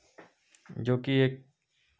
जो कि एक